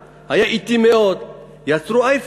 מי שיקים מפעל שם יקבל הטבה של עדיפות לאומית א'.